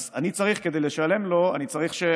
אז כדי לשלם לו אני צריך,